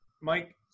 Mike